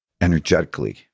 energetically